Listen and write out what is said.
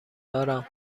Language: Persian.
دارم